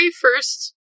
first